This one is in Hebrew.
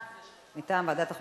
מטעם ועדת החוקה,